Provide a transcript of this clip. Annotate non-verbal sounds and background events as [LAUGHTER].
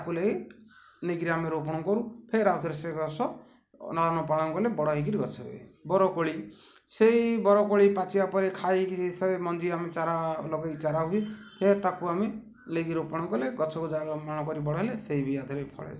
ତା'କୁ ନେଇି ନେଇକିରି ଆମେ ରୋପଣ କରୁ ଫେର୍ ଆଉ ଥରେ ସେ ଗଛ ଲାଳନ ପାଳନ କଲେ ବଡ଼ ହେଇକିରି ଗଛ ହୁଏ ବର କୋଳି ସେହି ବର କୋଳି ପାଚିବା ପରେ ଖାଇକି ସେରେ ମଞ୍ଜି ଆମେ ଚାରା ଲଗାଇକି ଚାରା ହୁଏ ଫେର୍ ତା'କୁ ଆମେ ନେଇକି ରୋପଣ କଲେ ଗଛକୁ [UNINTELLIGIBLE] କରି ବଡ଼ ହେଲେ ସେଇ ବି ଆଧିଏରେ ଫଳେ